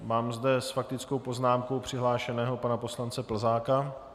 Mám zde s faktickou poznámkou přihlášeného pana poslance Plzáka.